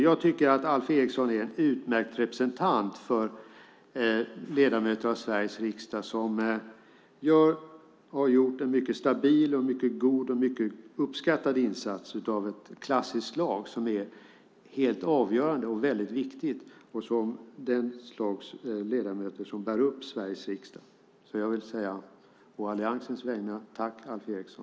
Jag tycker att Alf Eriksson är en utmärkt representant för ledamöter av Sveriges riksdag som gör, och har gjort, en stabil, god och mycket uppskattad insats av klassiskt slag som är helt avgörande och viktigt för det slags ledamöter som bär upp Sveriges riksdag. Å Alliansens vägnar säger jag: Tack, Alf Eriksson!